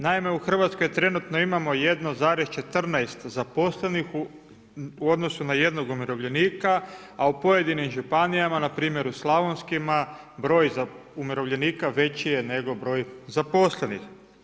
Naime, u Hrvatskoj trenutno imamo 1,14 zaposlenih u odnosu na 1 umirovljenika a u pojedinih županijama npr. u slavonskima, broj umirovljenika već je nego broj zaposlenih.